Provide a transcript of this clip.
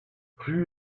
rue